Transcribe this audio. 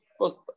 first